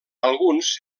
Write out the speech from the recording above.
alguns